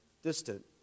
distant